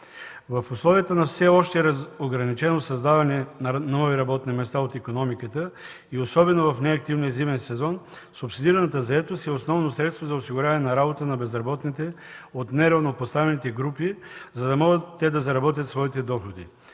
В условията на все още ограничено създаване на нови работни места от икономиката и особено в неактивния зимен сезон субсидираната заетост е основно средство за осигуряване на работа на безработните от неравнопоставените групи, за да могат те да заработят своите доходи.